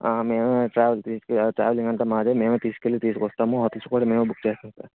మేమే ట్రావెల్ తి ట్రావెలింగ్ అంతా మాదే మేమే తీసుకెళ్లి తీసుకొస్తాము హోటల్స్ కూడా మేమే బుక్ చేస్తాం